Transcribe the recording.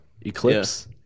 Eclipse